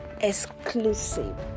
exclusive